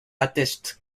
attestent